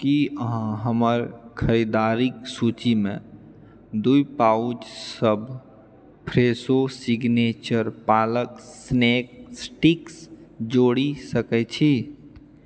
की अहाँ हमर खरीदारिके सूचीमे दू पाउचसभ Fresho signature palak snack sticks जोड़ि सकैत छी